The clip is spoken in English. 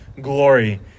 glory